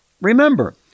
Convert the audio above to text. Remember